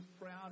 proud